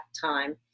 time